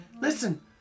Listen